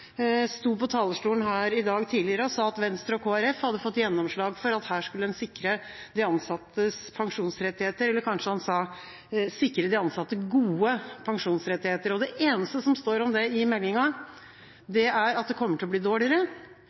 sto på talerstolen her i tidligere dag og sa at Venstre og Kristelig Folkeparti hadde fått gjennomslag for at her skulle en sikre de ansattes pensjonsrettigheter, eller kanskje han sa: sikre de ansatte gode pensjonsrettigheter. Det eneste som står om det i meldinga, er at det kommer til å bli dårligere,